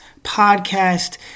podcast